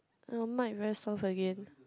the mic very soft again